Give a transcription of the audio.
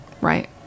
right